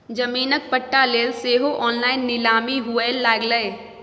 जमीनक पट्टा लेल सेहो ऑनलाइन नीलामी हुअए लागलै